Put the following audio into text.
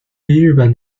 日本